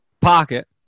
Pocket